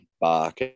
bark